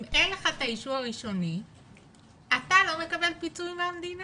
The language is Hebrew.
אם אין לך את האישור הראשוני אתה לא מקבל פיצוי מהמדינה,